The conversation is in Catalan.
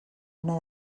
una